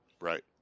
Right